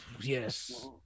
Yes